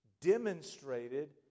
demonstrated